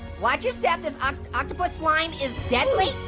watch your step, this um octopus slime is deadly.